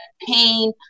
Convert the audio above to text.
pain